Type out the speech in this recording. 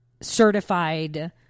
certified